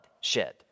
shed